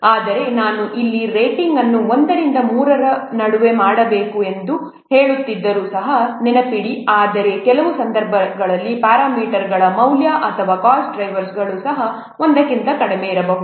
ಆದರೆ ನಾನು ಇಲ್ಲಿ ರೇಟಿಂಗ್ ಅನ್ನು ಒಂದರಿಂದ ಮೂರರ ನಡುವೆ ಮಾಡಬೇಕು ಎಂದು ಹೇಳುತ್ತಿದ್ದರೂ ಸಹ ನೆನಪಿಡಿ ಆದರೆ ಕೆಲವು ಸಂದರ್ಭಗಳಲ್ಲಿ ಪ್ಯಾರಾಮೀಟರ್ಗಳ ಮೌಲ್ಯ ಅಥವಾ ಕಾಸ್ಟ್ ಡ್ರೈವರ್ ಸಹ 1 ಕ್ಕಿಂತ ಕಡಿಮೆಯಿರಬಹುದು